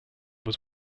was